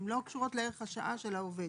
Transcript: הן לא קשורות לערך השעה של העובד.